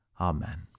amen